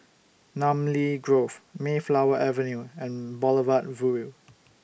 Namly Grove Mayflower Avenue and Boulevard Vue